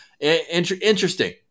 interesting